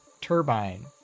Turbine